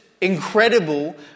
incredible